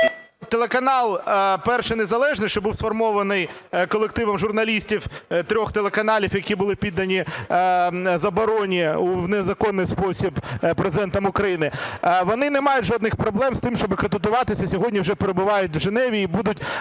телеканал "Перший незалежний", що був сформований колективом журналістів трьох телеканалів, які були піддані забороні в незаконний спосіб Президентом України, вони не мають жодних проблем з тим, щоб акредитуватися і сьогодні вже перебувають в Женеві і будуть